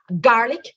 garlic